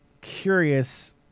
curious